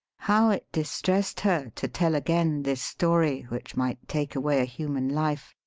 how it distressed her, to tell again this story which might take away a human life,